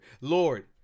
Lord